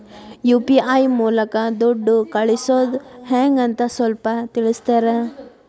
UPI ಮೂಲಕ ದುಡ್ಡು ಕಳಿಸೋದ ಹೆಂಗ್ ಅಂತ ಸ್ವಲ್ಪ ತಿಳಿಸ್ತೇರ?